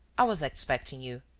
i was expecting you.